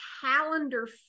calendar